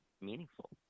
meaningful